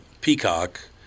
Peacock